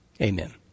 amen